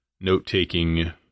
note-taking